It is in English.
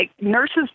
nurses